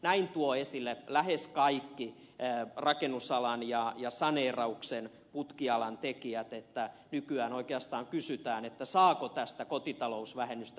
näin tuovat esille lähes kaikki rakennusalan ja saneerauksen putkialan tekijät että nykyään oikeastaan kysytään saako tästä kotitalousvähennystä niin kuin ed